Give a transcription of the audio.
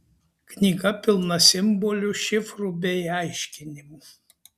knyga pilna simbolių šifrų bei aiškinimų